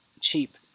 cheap